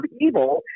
evil